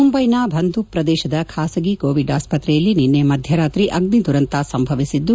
ಮುಂಬೈನ ಭಂದೂಪ್ ಪ್ರದೇಶದ ಖಾಸಗಿ ಕೋವಿಡ್ ಆಸ್ವತ್ರೆಯಲ್ಲಿ ನಿನ್ನೆ ಮಧ್ಯರಾತ್ರಿ ಅಗ್ನಿ ದುರಂತ ಸಂಭವಿಸಿದ್ದು